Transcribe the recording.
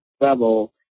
level